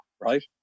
right